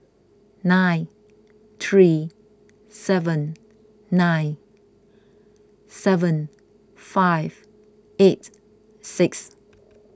nine three seven nine seven five eight six